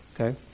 Okay